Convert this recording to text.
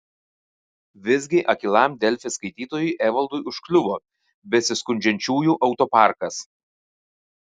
visgi akylam delfi skaitytojui evaldui užkliuvo besiskundžiančiųjų autoparkas